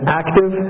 active